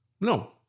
No